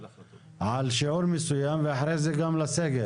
הבטחה על שיעור מסוים ואחרי זה גם לסגת.